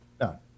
no